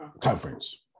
conference